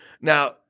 Now